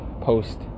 post